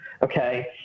Okay